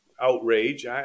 outrage